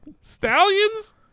stallions